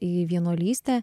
į vienuolystę